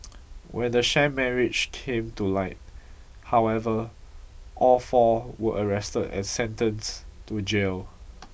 when the sham marriage came to light however all four were arrested and sentenced to jail